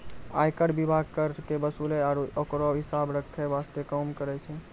आयकर विभाग कर के वसूले आरू ओकरो हिसाब रख्खै वास्ते काम करै छै